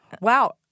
Wow